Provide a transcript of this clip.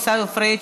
עיסאווי פריג',